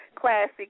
Classy